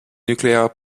nuclear